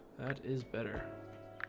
that is better